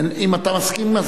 1 נתקבל.